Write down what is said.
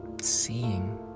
seeing